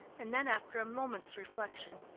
and then after a moment's reflection,